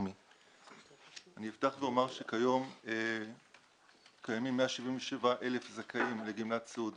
שכיום קיימים 177,000 זכאים לגמלת סיעוד